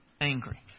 angry